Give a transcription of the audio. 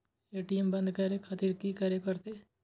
ATM बंद करें खातिर की करें परतें?